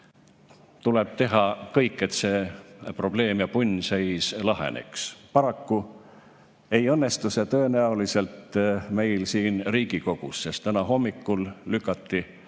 tuleb teha kõik, et see probleem ja punnseis laheneks. Paraku ei õnnestu see tõenäoliselt meil siin Riigikogus, sest täna hommikul lükati